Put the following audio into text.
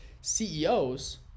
CEOs